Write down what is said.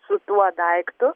su tuo daiktu